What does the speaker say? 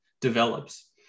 develops